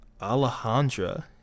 alejandra